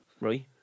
Right